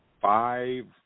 five